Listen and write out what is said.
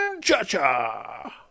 Cha-Cha